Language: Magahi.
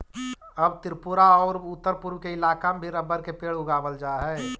अब त्रिपुरा औउर उत्तरपूर्व के इलाका में भी रबर के पेड़ उगावल जा हई